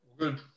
Good